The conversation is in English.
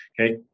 Okay